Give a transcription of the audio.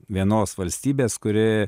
vienos valstybės kuri